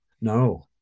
no